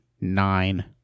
nine